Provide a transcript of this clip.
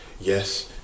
yes